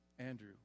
Andrew